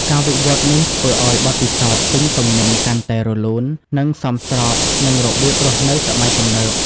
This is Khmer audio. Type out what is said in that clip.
ការវិវត្តន៍នេះធ្វើឲ្យបទពិសោធន៍ទិញទំនិញកាន់តែរលូន និងសមស្របនឹងរបៀបរស់នៅសម័យទំនើប។